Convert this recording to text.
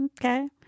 Okay